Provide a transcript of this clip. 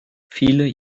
viele